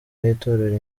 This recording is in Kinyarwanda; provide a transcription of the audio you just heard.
n’itorero